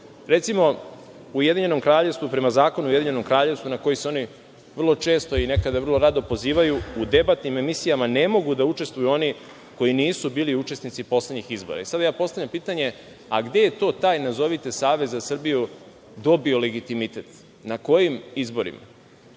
u Ujedinjenom Kraljevstvu, prema zakonu Ujedinjenog Kraljevstva, na koje se oni vrlo često i nekada vrlo rado pozivaju, u debatnim emisijama ne mogu da učestvuju oni koji nisu bili učesnici poslednjih izbora. Sad ja postavljam pitanje – a gde je to taj nazovite Savez za Srbiju dobio legitimitet, na kojim izborima?